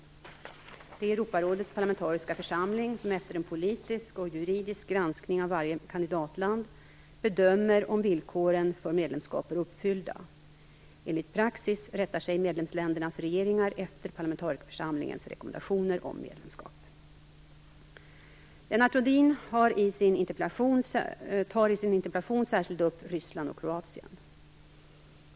Det är Europarådets parlamentariska församling som efter en politisk och juridisk granskning av varje kandidatland bedömer om villkoren för medlemskap är uppfyllda. Enligt praxis rättar sig medlemsländernas regeringar efter parlamentarikerförsamlingens rekommendationer om medlemskap. Lennart Rohdin tar i sin interpellation särskilt upp Ryssland och Kroatien.